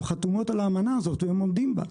הם חתומות על האמנה הזאת והם עומדים בה,